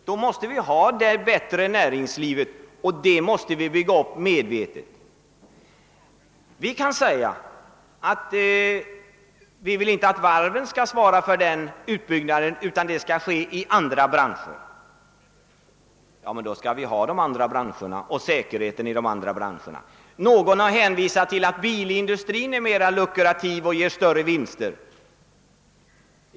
För detta krävs ett effektivare näringsliv, som vi medvetet måste bygga upp. Det kan också göras gällande att det inte skall vara varven som svarar för denna utbyggnad utan att den skall ske inom andra branscher. Ja, men då skall vi också ha sådana branscher med den stabilitet som krävs härför. Någon har hänvisat till att bilindustrin är mera lukrativ och ger större vinster.